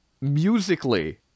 Musically